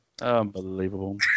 Unbelievable